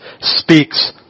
speaks